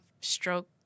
stroke